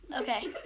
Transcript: Okay